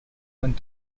went